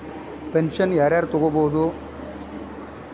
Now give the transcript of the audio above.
Pension ಯಾರ್ ಯಾರ್ ತೊಗೋಬೋದು?